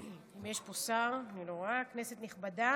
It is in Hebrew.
אם יש פה שר, אני לא רואה, כנסת נכבדה